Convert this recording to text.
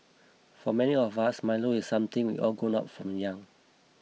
for many of us Milo is something we all grown up from young